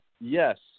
Yes